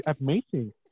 amazing